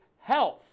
health